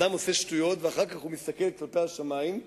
אדם עושה שטויות ואחר כך הוא מסתכל כלפי השמים.